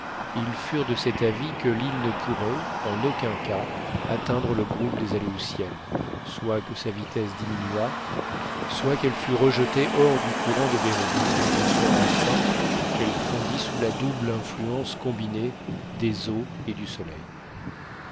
ils furent de cet avis que l'île ne pourrait en aucun cas atteindre le groupe des aléoutiennes soit que sa vitesse diminuât soit qu'elle fût rejetée hors du courant de behring soit enfin qu'elle fondît sous la double influence combinée des eaux et du soleil